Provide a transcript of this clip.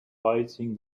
fighting